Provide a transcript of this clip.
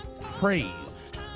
praised